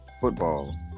football